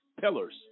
pillars